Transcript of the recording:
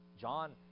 John